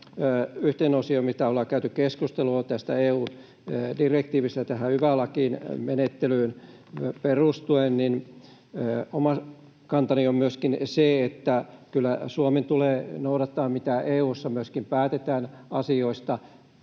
yhteen osioon, missä ollaan käyty keskustelua tästä EU-direktiivistä tähän yva-lakimenettelyyn perustuen, niin oma kantani on myöskin se, että kyllä Suomen tulee noudattaa sitä, mitä EU:ssa myöskin päätetään asioista,